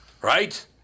Right